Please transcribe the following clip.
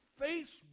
Facebook